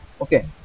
okay